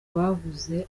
babuze